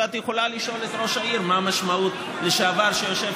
ואת יכולה לשאול את ראש העיר לשעבר שיושב